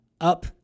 up